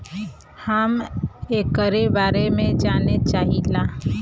हम एकरे बारे मे जाने चाहीला?